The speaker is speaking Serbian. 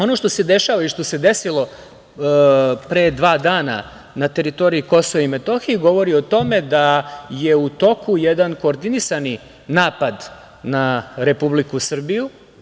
Ono što se dešava i što se desilo pre dva dana na teritoriji KiM govori o tome da je u toku jedan koordinisani napad na Republiku Srbiju.